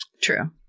True